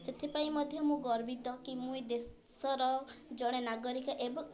ସେଥିପାଇଁ ମଧ୍ୟ ମୁଁ ଗର୍ବିତ କି ମୁଁ ଏ ଦେଶର ଜଣେ ନାଗରିକ ଏବଂ